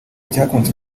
cyakunze